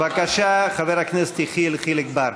בבקשה, חבר הכנסת יחיאל חיליק בר.